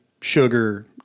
sugar